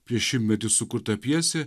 prieš šimtmetį sukurta pjesė